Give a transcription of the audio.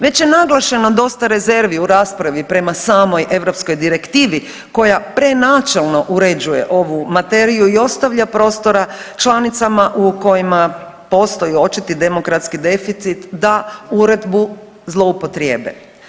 Već je naglašeno dosta rezervi u raspravi prema samoj europskoj direktivi koja prenačelno uređuje ovu materiju i ostavlja prostora članicama u kojima postoji očiti demokratski deficit da uredbu zloupotrijebe.